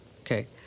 okay